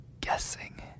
guessing